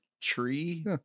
tree